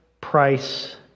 price